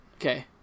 Okay